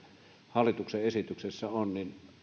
hallituksen esityksessä on